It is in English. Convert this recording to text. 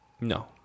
No